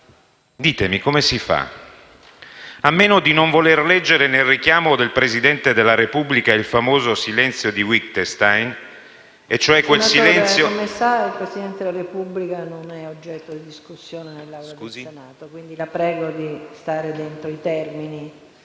Ditemi, come si fa? A meno di non volere leggere nel richiamo del Presidente della Repubblica il famoso silenzio di Wittgenstein, e cioè quel silenzio... PRESIDENTE. Senatore Di Maggio, come lei sa, il Presidente della Repubblica non è oggetto di discussione nell'Aula del Senato, quindi la prego di stare entro i termini